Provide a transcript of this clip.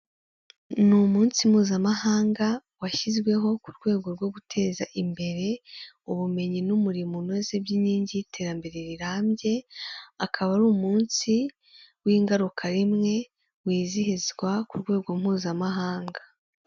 Ni umunsi mpuzamahanga, washyizweho ku rwego rwo guteza imbere ubumenyi n'umurimo unoze by'inkingi y'iterambere rirambye, akaba ari umunsi w'ingarukarimwe, wizihizwa ku rwego mpuzamahanga.